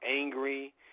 angry